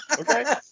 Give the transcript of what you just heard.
Okay